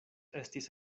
estis